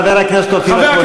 חבר הכנסת אופיר אקוניס,